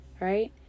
Right